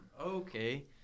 okay